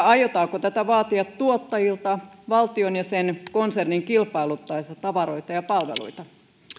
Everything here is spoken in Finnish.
aiotaanko tätä vaatia tuottajilta valtion ja sen konsernin kilpailuttaessa tavaroita ja palveluita